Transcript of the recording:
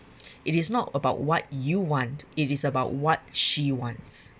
it is not about what you want it is about what she wants